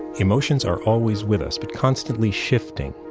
emotions are always with us, but constantly shifting.